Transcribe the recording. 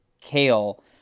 Kale